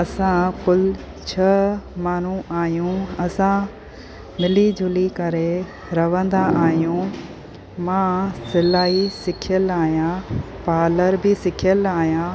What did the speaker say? असां कुलु छह माण्हू आहियूं असां मिली झुली करे रहंदा आहियूं मां सिलाई सिखियल आहियां पालर बि सिखियल आहियां